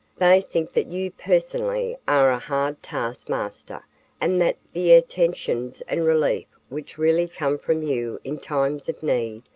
they think that you personally are a hard taskmaster and that the attentions and relief which really come from you in times of need,